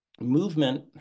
movement